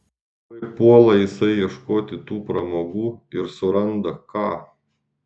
tuoj puola jisai ieškoti tų pramogų ir suranda ką